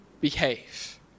behave